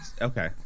Okay